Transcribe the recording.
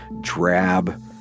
drab